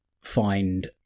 find